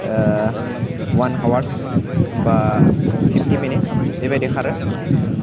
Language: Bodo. वान आवार्स बा फिफ्टि मिनिट्स बेबायदि खारो